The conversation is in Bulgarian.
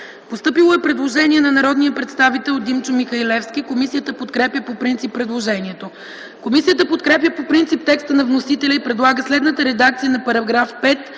Постъпило е предложение от народния представител Димчо Михалевски. Комисията подкрепя по принцип предложението. Комисията подкрепя по принцип текста на вносителя и предлага следната редакция на § 5,